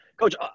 Coach